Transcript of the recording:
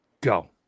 go